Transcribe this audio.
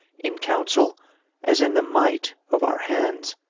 in counsel as in the might of our hands.